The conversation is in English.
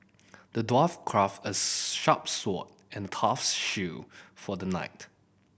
the dwarf crafted a sharp sword and tough shield for the knight